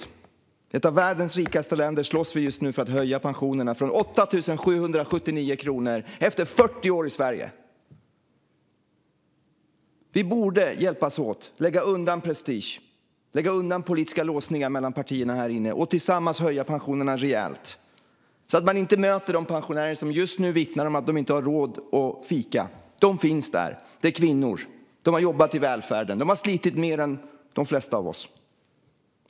I ett av världens rikaste länder slåss vi just nu för att höja pensionerna från 8 779 kronor efter 40 år i Sverige. Vi borde hjälpas åt, lägga undan prestige och politiska låsningar mellan partierna här inne och tillsammans höja pensionerna rejält, så att man inte möter de pensionärer som just nu vittnar om att de inte har råd att fika. De finns där. Det är kvinnor. De har jobbat i välfärden, och de har slitit mer än de flesta av oss.